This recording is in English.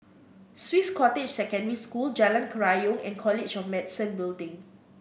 Swiss Cottage Secondary School Jalan Kerayong and College of Medicine Building